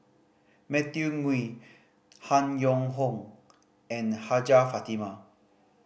Matthew Ngui Han Yong Hong and Hajjah Fatimah